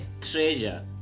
treasure